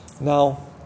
Now